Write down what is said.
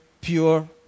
pure